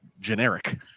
generic